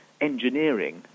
engineering